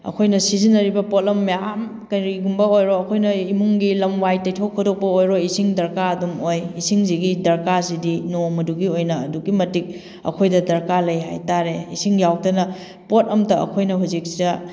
ꯑꯩꯈꯣꯏꯅ ꯁꯤꯖꯤꯟꯅꯔꯤꯕ ꯄꯣꯠꯂꯝ ꯃꯌꯥꯝ ꯀꯔꯤꯒꯨꯝꯕ ꯑꯣꯏꯔꯣ ꯑꯩꯈꯣꯏꯅ ꯏꯃꯨꯡꯒꯤ ꯂꯝ ꯋꯥꯏ ꯇꯩꯊꯣꯛ ꯈꯣꯇꯣꯛꯄ ꯑꯣꯏꯔꯣ ꯏꯁꯤꯡ ꯗꯔꯀꯥꯔ ꯑꯗꯨꯝ ꯑꯣꯏ ꯏꯁꯤꯡꯁꯤꯒꯤ ꯗꯔꯀꯥꯔꯁꯤꯗꯤ ꯅꯣꯡꯃꯗꯨꯒꯤ ꯑꯣꯏꯅ ꯑꯗꯨꯛꯀꯤ ꯃꯇꯤꯛ ꯑꯩꯈꯣꯏꯗ ꯗꯔꯀꯥꯔ ꯂꯩ ꯍꯥꯏ ꯇꯥꯔꯦ ꯏꯁꯤꯡ ꯌꯥꯎꯗꯅ ꯄꯣꯠ ꯑꯝꯇ ꯑꯩꯈꯣꯏꯅ ꯍꯧꯖꯤꯛ